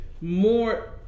more